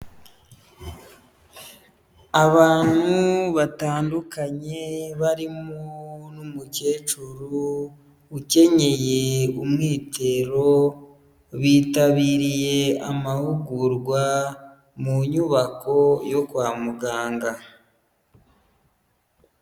Abantu batandukanye, barimo n'umukecuru, ukenyeye umwitero, bitabiriye amahugurwa, mu nyubako yo kwa muganga.